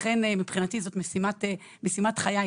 לכן מבחינתי זאת משימת חיי,